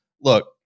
Look